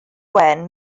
wen